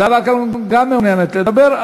זהבה גלאון גם מעוניינת לדבר.